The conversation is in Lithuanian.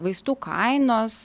vaistų kainos